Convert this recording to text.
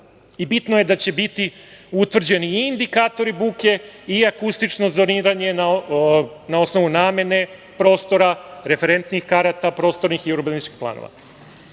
Bitno je da će biti utvrđeni i indikatori buke i akustično zoniranje na osnovu namene prostora, referentnih karata, prostornih i urbanističkih planova. Kada